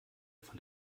von